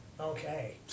Okay